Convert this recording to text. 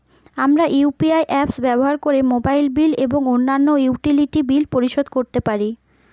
আমরা UPI apps ব্যবহার করে মোবাইল বিল এবং অন্যান্য ইউটিলিটি বিল পরিশোধ করতে পারি